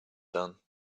done